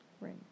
Right